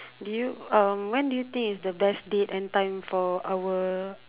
do you um when do you think is the best date and time for our